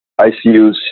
ICUs